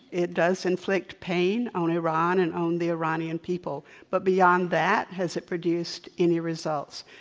it does inflict pain on iran and on the iranian people. but beyond that, has it produced any results?